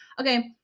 Okay